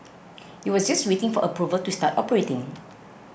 it was just waiting for approval to start operating